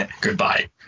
goodbye